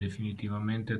definitivamente